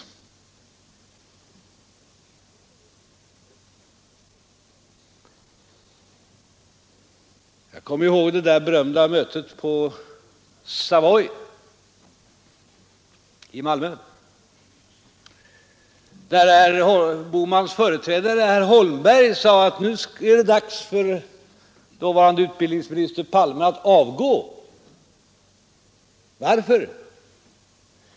Jag kommer ihåg det berömda mötet på Savoy i Malmö, där herr Bohmans företrädare herr Holmberg sade att det vore dags för dåvarande utbildningsministern Palme att avgå. Varför?